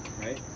right